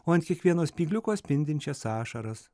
o ant kiekvieno spygliuko spindinčias ašaras